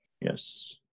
Yes